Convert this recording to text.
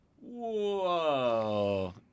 Whoa